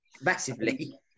Massively